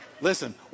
Listen